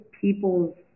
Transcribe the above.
people's